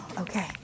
Okay